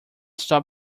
stop